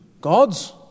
God's